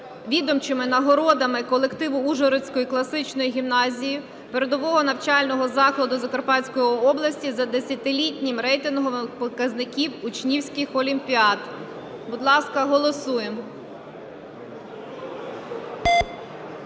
відомчими нагородами колективу Ужгородської Класичної гімназії - передового навчального закладу Закарпатської області за 10-літнім рейтингом показників учнівських олімпіад. Будь ласка, голосуємо.